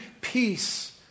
peace